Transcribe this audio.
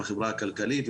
בחברה הכלכלית,